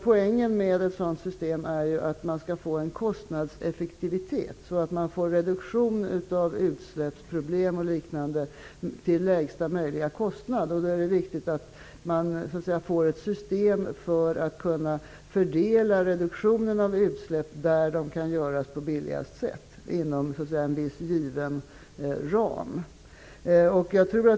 Poängen med ett sådant här system är ju att det blir kostnadseffektivitet, dvs. att det blir en reduktion av utsläppsproblem och liknande till lägsta möjliga kostnad. Då är det viktigt att systemet blir sådant att reduktionen av utsläpp fördelas till de områden där den kan göras på billigast sätt inom en viss given ram.